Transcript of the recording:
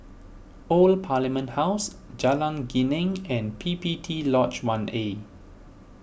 Old Parliament House Jalan Geneng and P P T Lodge one A